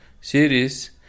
series